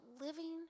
living